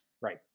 Right